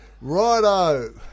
Righto